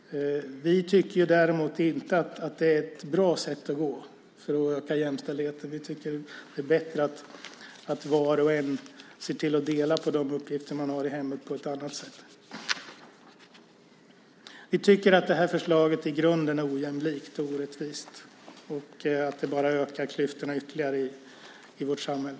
Vi tycker däremot inte att det är ett bra sätt att gå för att öka jämställdheten. Vi tycker att det är bättre att var och en ser till att dela på de uppgifter man har i hemmet på ett annat sätt. Vi tycker att förslaget i grunden är ojämlikt och orättvist och att det bara ökar klyftorna ytterligare i vårt samhälle.